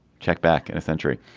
check back in a century.